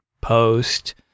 post